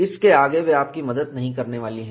उसके आगे वे आपकी मदद नहीं करने वाली हैं